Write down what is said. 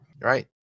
right